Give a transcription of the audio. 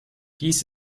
dies